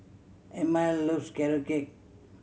Emile loves Carrot Cake